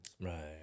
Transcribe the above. right